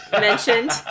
mentioned